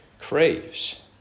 craves